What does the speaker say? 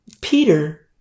Peter